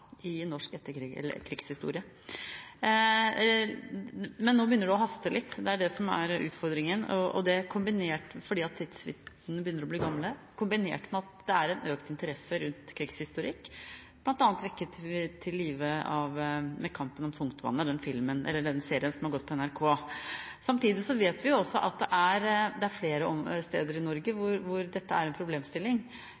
krigshistorie. Men nå begynner det å haste litt – det er det som er utfordringen – fordi tidsfristene begynner å bli gamle, kombinert med at det er en økt interesse rundt krigshistorikk. Blant annet ble interessen vekket til live av «Kampen om tungtvannet» – TV-serien som har gått på NRK. Samtidig vet vi at det er flere steder i Norge hvor dette er en problemstilling.